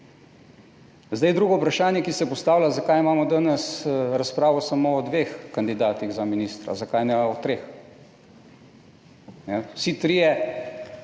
Zdaj, drugo vprašanje, ki se postavlja zakaj imamo danes razpravo samo o dveh kandidatih za ministra, zakaj ne o treh? Vsi trije